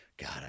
God